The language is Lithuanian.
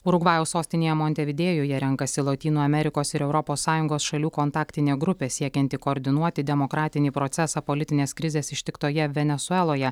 urugvajaus sostinėje montevidėjuje renkasi lotynų amerikos ir europos sąjungos šalių kontaktinė grupė siekianti koordinuoti demokratinį procesą politinės krizės ištiktoje venesueloje